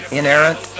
inerrant